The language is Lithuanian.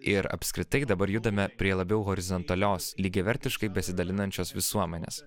ir apskritai dabar judame prie labiau horizontalios lygiavertiškai besidalinančios visuomenės